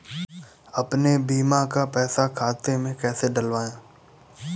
अपने बीमा का पैसा खाते में कैसे डलवाए?